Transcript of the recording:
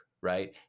right